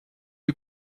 les